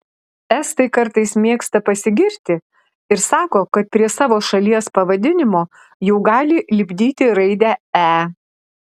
estai kartais mėgsta pasigirti ir sako kad prie savo šalies pavadinimo jau gali lipdyti raidę e